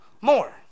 more